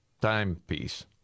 timepiece